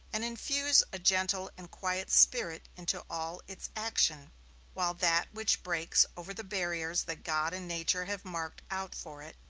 and infuse a gentle and quiet spirit into all its action while that which breaks over the barriers that god and nature have marked out for it,